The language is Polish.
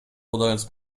podając